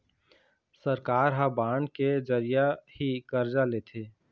सरकार ह बांड के जरिया ही करजा लेथे